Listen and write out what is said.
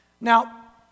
Now